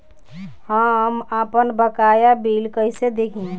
हम आपनबकाया बिल कइसे देखि?